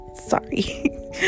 sorry